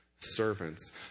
servants